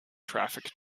traffic